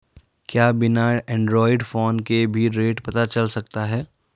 क्या बिना Android phone के भी रेट पता चल सकता है?